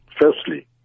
Firstly